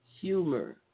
humor